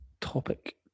topic